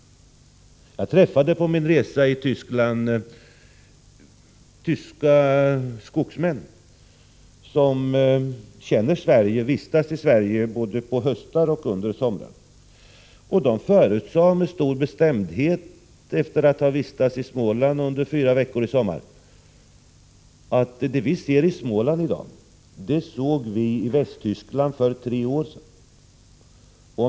Jag träffade på min resa i Tyskland tyska skogsmän som vistas i Sverige både sommar och höst. Efter att ha vistats i Småland i fyra veckor i sommar sade de med stor bestämdhet: Det vi ser i Småland i dag, det såg vi i Västtyskland för tre år sedan.